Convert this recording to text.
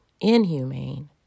inhumane